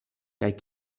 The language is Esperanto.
kaj